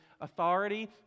Authority